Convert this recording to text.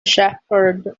shepherd